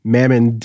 Mammon